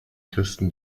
christen